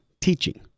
teaching